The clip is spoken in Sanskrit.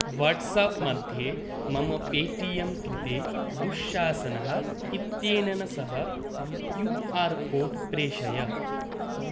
वाट्साप् मध्ये मम पे टि येम् कृते दुःशासनः इत्येनन सह क्यू आर् कोड् प्रेषय